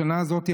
השנה הזאת,